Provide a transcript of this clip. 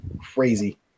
crazy